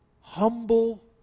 humble